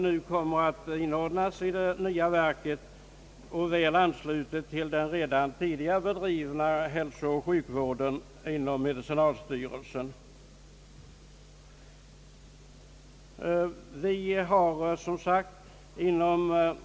Dessa uppgifter, som väl ansluter till den redan tidigare bedrivna hälsooch sjukvården inom medicinalstyrelsen, skall enligt det föreliggande förslaget inordnas i det nya verket.